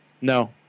No